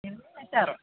ചെമ്മീൻ അച്ചാറോ